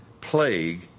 plague